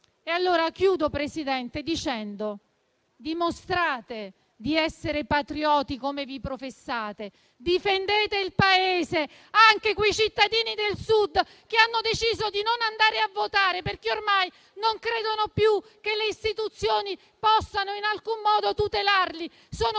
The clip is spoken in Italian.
di attesa. Dimostrate, in conclusione, di essere patrioti come vi professate, difendete il Paese anche quei cittadini del Sud che hanno deciso di non andare a votare perché ormai non credono più che le istituzioni possano in alcun modo tutelarli, sono disperati,